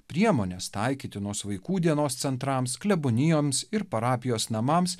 priemonės taikytinos vaikų dienos centrams klebonijoms ir parapijos namams